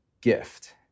gift